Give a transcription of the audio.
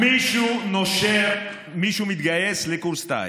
מישהו מתגייס לקורס טיס.